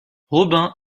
robin